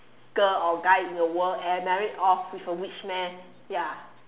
girl or guy in the world and marry off with a rich man ya